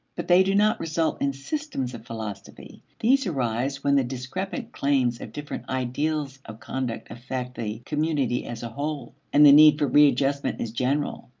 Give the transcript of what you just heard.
but they do not result in systems of philosophy. these arise when the discrepant claims of different ideals of conduct affect the community as a whole, and the need for readjustment is general.